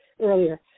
earlier